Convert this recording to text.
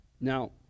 Now